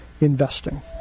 investing